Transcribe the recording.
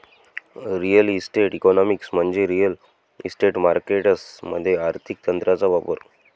real estate economics म्हणजे real estate markets मध्ये आर्थिक तंत्रांचा वापर